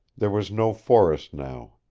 there was no forest now.